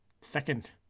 second